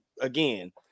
again